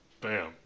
Bam